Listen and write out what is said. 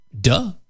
duh